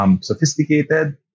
sophisticated